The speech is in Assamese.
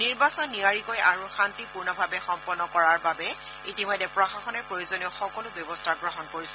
নিৰ্বাচন নিয়াৰিকৈ আৰু শান্তিপূৰ্ণভাৱে সম্পন্ন কৰাৰ বাবে ইতিমধ্যে প্ৰশাসনে প্ৰয়োজনীয় সকলো ব্যৱস্থা গ্ৰহণ কৰিছে